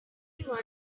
anyone